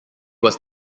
was